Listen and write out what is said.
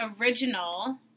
original